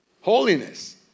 Holiness